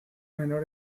menor